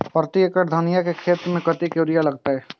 प्रति एकड़ धनिया के खेत में कतेक यूरिया लगते?